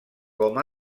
com